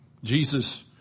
Jesus